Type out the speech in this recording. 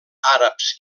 àrabs